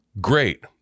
Great